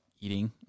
eating